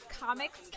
comics